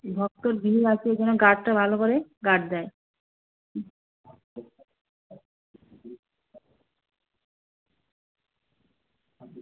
ভক্তর ভিড় আছে যেন গার্ডরা ভালো করে গার্ড দেয়